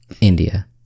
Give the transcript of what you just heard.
India